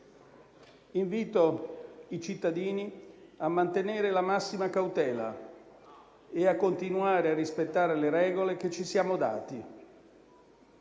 Invito i cittadini a mantenere la massima cautela e a continuare a rispettare le regole che ci siamo dati.